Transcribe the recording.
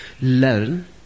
Learn